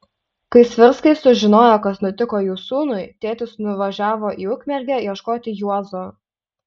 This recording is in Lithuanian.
kai svirskai sužinojo kas nutiko jų sūnui tėtis nuvažiavo į ukmergę ieškoti juozo